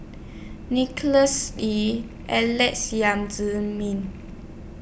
Nicholas Ee Alex Yam Ziming